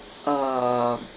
um